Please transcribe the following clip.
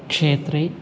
क्षेत्रे